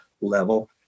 level